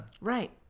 right